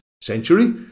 century